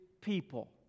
people